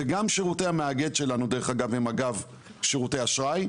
וגם שרותי המאגד שלנו דרך אגב הם אגב שירותי אשראי,